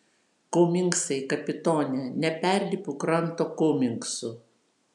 komingsai kapitone neperlipu kranto komingsų